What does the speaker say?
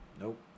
Nope